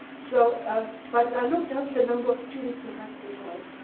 so ah but i looked up the number of students my husband had,